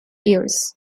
years